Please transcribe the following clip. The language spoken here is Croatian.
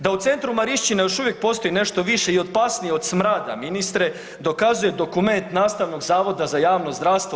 Da u centru Marišćine još uvijek postoji nešto više i opasnije od smrada ministre dokazuje dokument Nastavnog zavoda za javno zdravstvo.